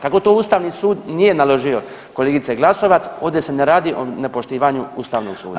Kako to Ustavni sud nije naložio kolegice Glasovac, ovdje se ne radi o nepoštivanju Ustavnog suda.